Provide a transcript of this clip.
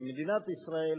ממדינת ישראל,